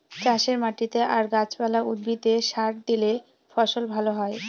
চাষের মাটিতে আর গাছ পালা, উদ্ভিদে সার দিলে ফসল ভালো হয়